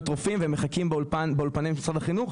רופאים והם מחכים באולפני משרד החינוך,